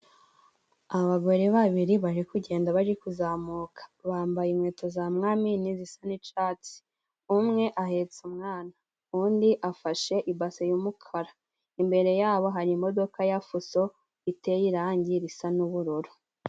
Abagore babiri bari kugenda bari kuzamuka. Bambaye inkweto za mwamini zisa n'icatsi. Umwe ahetse umwana undi afashe ibase y'umukara. Imbere yabo hari imodoka ya fuso iteye irangi risa n'ubururu.